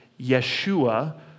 Yeshua